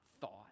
thought